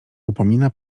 upomina